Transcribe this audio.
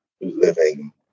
living